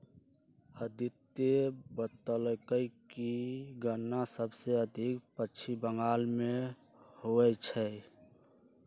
अदित्य बतलकई कि गन्ना सबसे अधिक पश्चिम बंगाल में होई छई